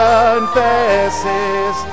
confesses